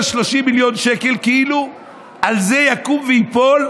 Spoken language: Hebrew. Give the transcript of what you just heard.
30 מיליון שקל כאילו על זה יקום וייפול.